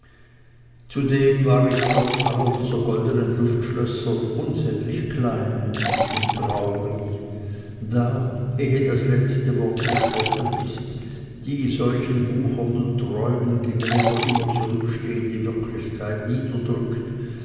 zudem war ich trotz aller dieser goldenen luftschlösser unsäglich kleinmütig und traurig da ehe das letzte wort gesprochen ist die solchen wuchernden träumen gegenüber immer zurückstehende wirklichkeit niederdrückt